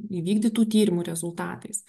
įvykdytų tyrimų rezultatais